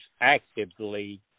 actively